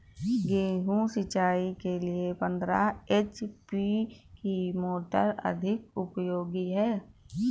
गेहूँ सिंचाई के लिए पंद्रह एच.पी की मोटर अधिक उपयोगी है?